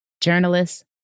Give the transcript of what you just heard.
journalists